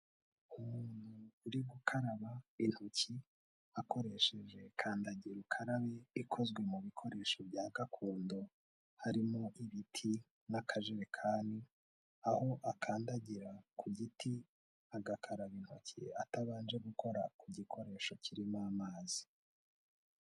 Umuntu uri gukaraba intoki akoresheje kandagira ukarabe ikozwe mu bikoresho bya gakondo, harimo ibiti n'akajerekani, aho akandagira ku giti, agakaraba intoki atabanje gukora ku gikoresho kirimo amazi.